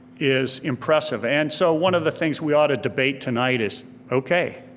is impressive and so one of the things we oughta debate tonight is okay,